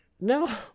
No